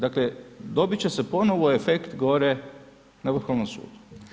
Dakle dobit će se ponovo efekt gore na Vrhovnom sudu.